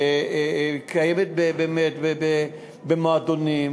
קיימת במועדונים,